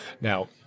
Now